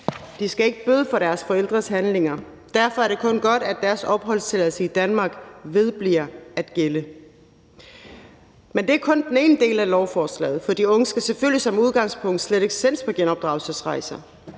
De skal ikke bøde for deres forældres handlinger. Derfor er det kun godt, at deres opholdstilladelse i Danmark vedbliver at gælde. Men det er kun den ene del af lovforslaget, for de unge skal selvfølgelig som udgangspunkt slet ikke sendes på genopdragelsesrejse.